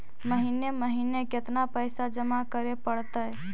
महिने महिने केतना पैसा जमा करे पड़तै?